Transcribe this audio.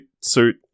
suit